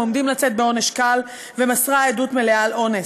עומדים לצאת בעונש קל ומסרה עדות מלאה על אונס.